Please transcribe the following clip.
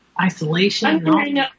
Isolation